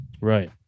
Right